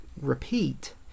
repeat